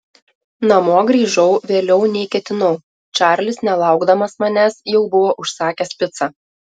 namo grįžau vėliau nei ketinau čarlis nelaukdamas manęs jau buvo užsakęs picą